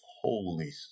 holy